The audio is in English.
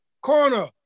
corner